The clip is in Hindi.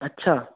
अच्छा